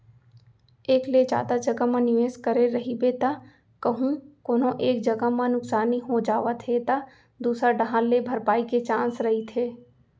एक ले जादा जघा म निवेस करे रहिबे त कहूँ कोनो एक जगा म नुकसानी हो जावत हे त दूसर डाहर ले भरपाई के चांस रहिथे